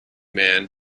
man